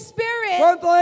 Spirit